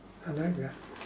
I like that